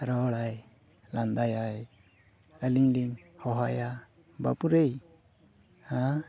ᱨᱚᱲᱟᱭ ᱞᱟᱸᱫᱟᱭᱟᱭ ᱟᱹᱞᱤᱧ ᱞᱤᱧ ᱦᱚᱦᱚ ᱟᱭᱟ ᱵᱟᱹᱯᱩ ᱨᱮ ᱦᱮᱸ